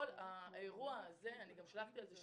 גם שלחתי על זה שאילתא.